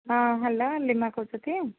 ହଁ ହ୍ୟାଲୋ ଲିମା କହୁଛୁ କି